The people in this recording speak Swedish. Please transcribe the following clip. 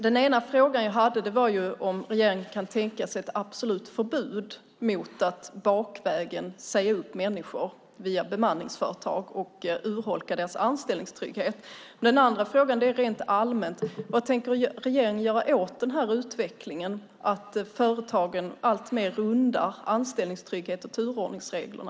Den ena frågan var om regeringen kan tänka sig ett absolut förbud mot att bakvägen säga upp människor via bemanningsföretag och urholka deras anställningstrygghet. Den andra frågan är mer allmän: Vad tänker regeringen göra med anledning av den här utvecklingen att företagen alltmer rundar anställningstryggheten och turordningsreglerna?